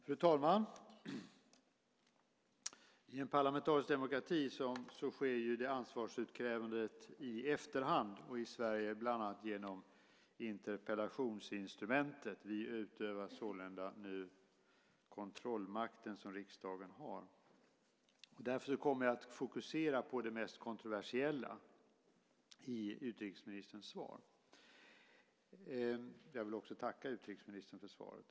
Fru talman! I en parlamentarisk demokrati sker ansvarsutkrävandet i efterhand och i Sverige bland annat genom interpellationsinstrumentet. Vi utövar sålunda nu den kontrollmakt som riksdagen har. Därför kommer jag att fokusera på det mest kontroversiella i utrikesministerns svar. Jag vill tacka utrikesministern för svaret.